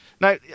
Now